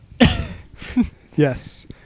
Yes